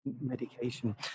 medication